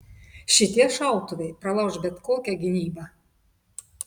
šitie šautuvai pralauš bet kokią gynybą